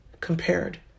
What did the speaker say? compared